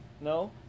No